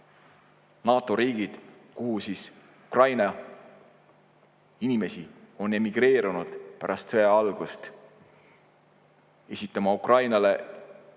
NATO riigid, kuhu Ukraina inimesi on emigreerunud pärast sõja algust, esitama Ukrainale